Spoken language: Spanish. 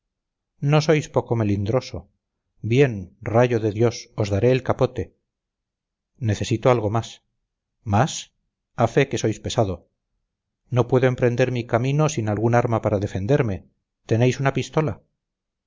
no sois poco melindroso bien rayo de dios os daré el capote necesito algo más más a fe que sois pesado no puedo emprender mi camino sin algún arma para defenderme tenéis una pistola